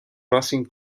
racing